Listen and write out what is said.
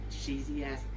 cheesy-ass